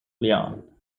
lyon